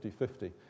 50-50